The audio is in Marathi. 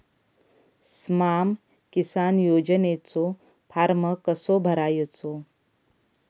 स्माम किसान योजनेचो फॉर्म कसो भरायचो?